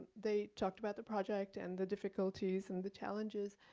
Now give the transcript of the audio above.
they talked about the project and the difficulties and the challenges.